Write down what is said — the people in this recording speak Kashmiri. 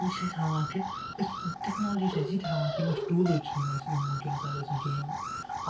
یہِ چھ اَسہِ ہاوان کہِ أسۍ ٹیٚکنالجی چھِ اَسہِ یہِ تہِ ہاوان کہِ یِم اَسہِ ٹوٗلز چھِ یِم اَسہِ یِم وٕنۍکٮ۪نَس اگر أسۍ وٕچھو یِم